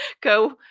go